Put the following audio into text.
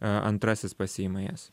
antrasis pasiima jas